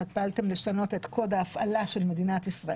שלמה קרעי סגן יושב-ראש הכנסת מנסור